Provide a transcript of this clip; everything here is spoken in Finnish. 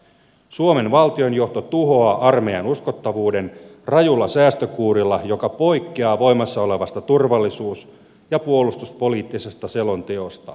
suomen valtionjohto tuhoaa armeijan uskottavuuden rajulla säästökuurilla joka poikkeaa voimassa olevasta turvallisuus ja puolustuspoliittisesta selonteosta